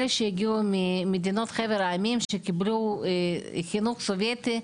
אלה שהגיעו ממדינות חבר העמים שקיבלו חינוך סובייטי,